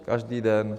Každý den.